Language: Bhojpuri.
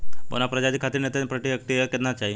बौना प्रजाति खातिर नेत्रजन प्रति हेक्टेयर केतना चाही?